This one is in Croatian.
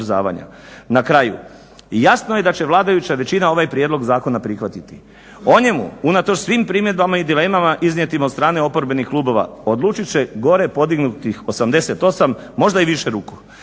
Na kraju, jasno je da će vladajuća većina ovaj prijedlog zakona prihvatiti. O njemu unatoč svim primjedbama i dilemama iznijetim od strane oporbenih klubova odlučit će gore podignutih 88, možda i više ruku.